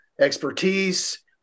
expertise